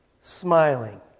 smiling